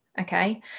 Okay